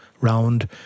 round